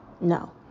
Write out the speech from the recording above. no